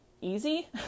easy